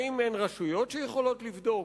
האם אין רשויות שיכולות לבדוק?